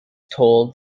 told